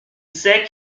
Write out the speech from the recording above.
sait